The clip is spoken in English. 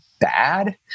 bad